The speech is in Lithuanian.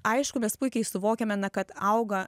aišku mes puikiai suvokiame na kad auga